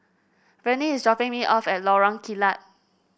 Vernie is dropping me off at Lorong Kilat